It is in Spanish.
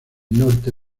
norte